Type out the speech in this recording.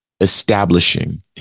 establishing